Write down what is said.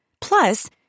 Plus